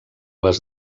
les